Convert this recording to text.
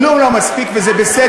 כלום לא מספיק, וזה בסדר.